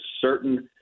certain